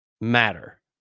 matter